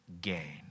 gain